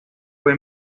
fue